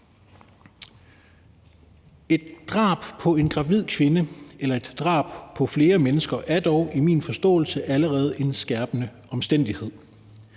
Et drab på en gravid kvinde eller et drab på flere mennesker er dog i min forståelse allerede en skærpende omstændighed.